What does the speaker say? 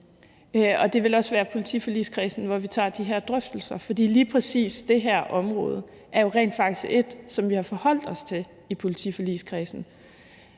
og det vil også være i forligskredsen, at vi tager de her drøftelser. For lige præcis det her område er jo rent faktisk et, som vi har forholdt os til i politiforligskredsen.